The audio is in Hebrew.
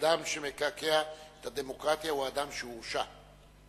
אדם שמקעקע את הדמוקרטיה הוא אדם שהורשע.